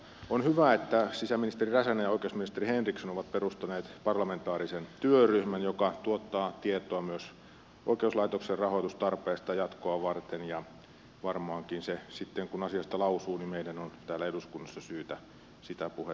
on hyvä että sisäministeri räsänen ja oikeusministeri henriksson ovat perustaneet parlamentaarisen työryhmän joka tuottaa tietoa myös oikeuslaitoksen rahoitustarpeista jatkoa varten ja varmaankin kun se sitten asiasta lausuu meidän on täällä eduskunnassa syytä sitä puhetta kuunnella